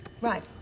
Right